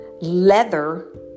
leather